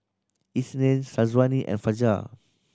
Isnin Syazwani and Fajar